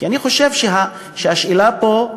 כי אני חושב שהשאלה פה,